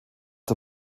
der